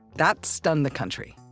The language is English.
that stunned the country